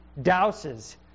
douses